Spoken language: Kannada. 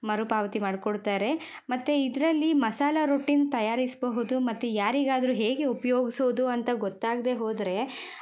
ಮರುಪಾವತಿ ಮಾಡ್ಕೊಡ್ತಾರೆ ಮತ್ತು ಇದರಲ್ಲಿ ಮಸಾಲೆ ರೊಟ್ಟಿನ ತಯಾರಿಸಬಹುದು ಮತ್ತು ಯಾರಿಗಾದರೂ ಹೇಗೆ ಉಪಯೋಗ್ಸೋದು ಅಂತ ಗೊತ್ತಾಗದೆ ಹೋದರೆ